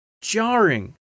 jarring